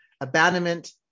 abandonment